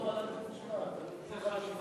מה זה קשור להובלה לבית-משפט?